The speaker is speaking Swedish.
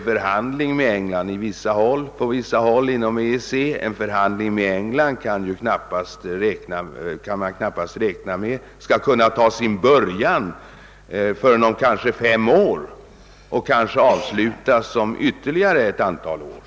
Man kan knappast räkna med att en förhandling med England inom EEC skall kunna ta sin början förrän om kanske fem år och avslutas inom ytterligare ett antal år.